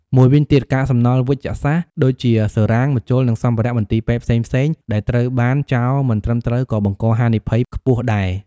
មួយវិញទៀត កាកសំណល់វេជ្ជសាស្ត្រដូចជា សឺរ៉ាំង ម្ជុល និងសម្ភារៈមន្ទីរពេទ្យផ្សេងៗ ដែលត្រូវបានចោលមិនត្រឹមត្រូវក៏បង្កហានិភ័យខ្ពស់ដែរ។